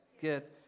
Good